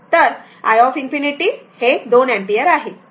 तर i ∞ हे २ ampere आहे बरोबर